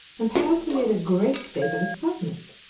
apparently in a great state of excitement.